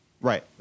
Right